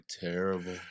Terrible